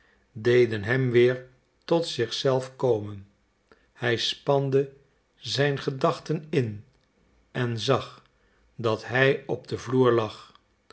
deden hem weer tot zich zelf komen hij spande zijn gedachten in en zag dat hij op den vloer